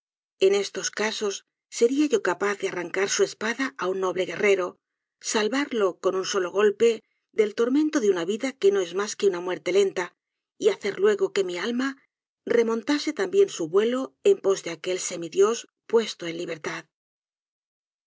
en estos casos seria yo capaz de arrancar su espada á un noble guerrero salvarlo con un solo golpe del tormento de una vida que no es mas que una muerte lenta y hacer luego que mi alma remontase también su vuelo en pos de aquel semi dios puesto en libertad